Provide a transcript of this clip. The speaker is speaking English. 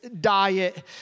diet